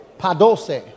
padose